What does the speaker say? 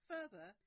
Further